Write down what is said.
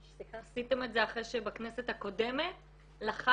עשיתם את זה אחרי שבכנסת הקודמת לחצנו,